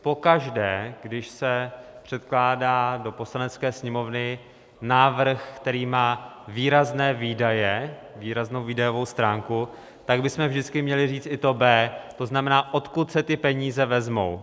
Pokaždé, když se předkládá do Poslanecké sněmovny návrh, který má výrazné výdaje, výraznou výdajovou stránku, tak bychom vždycky měli říct i to B, to znamená, odkud se ty peníze vezmou.